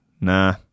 Nah